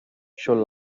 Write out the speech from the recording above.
shows